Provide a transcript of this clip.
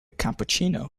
cappuccino